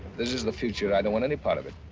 this is the future, i don't want any part of it.